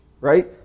right